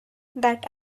that